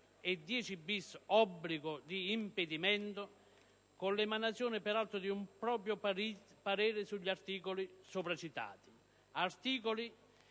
e 10-*bis* (obbligo di impedimento), con l'emanazione peraltro di un proprio parere sugli articoli sopra citati,